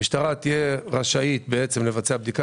המשטרה תהיה רשאית בעצם לבצע בדיקה